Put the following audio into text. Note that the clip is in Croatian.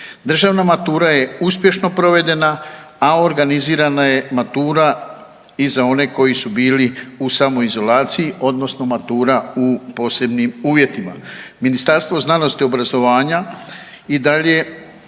Državna matura je uspješno provedena, a organizirana je matura i za one koji su bili u samoizolaciji odnosno matura u posebnim uvjetima. Ministarstvo znanosti i obrazovanja i dalje